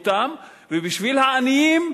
ובשביל העניים,